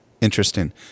Interesting